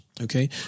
okay